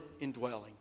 indwelling